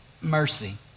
mercy